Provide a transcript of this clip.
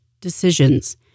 decisions